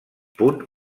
punt